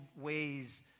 ways